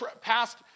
passed